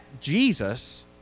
Jesus